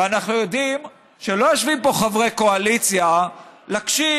ואנחנו יודעים שלא יושבים פה חברי קואליציה להקשיב,